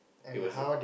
it was a